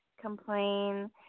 complain